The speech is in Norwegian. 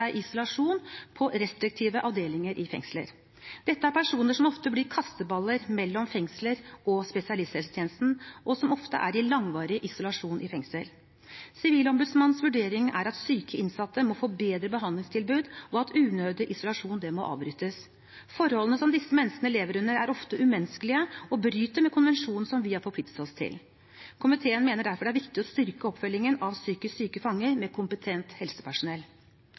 isolasjon på restriktive avdelinger i fengsler. Dette er personer som ofte blir kasteballer mellom fengslet og spesialisthelsetjenesten, og som ofte er i langvarig isolasjon i fengsel. Sivilombudsmannens vurdering er at syke innsatte må få bedre behandlingstilbud, og at unødig isolasjon må avbrytes. Forholdene som disse menneskene lever under, er ofte umenneskelige og bryter med konvensjoner som vi har forpliktet oss til. Komiteen mener derfor det er viktig å styrke oppfølgingen av psykisk syke fanger med kompetent helsepersonell.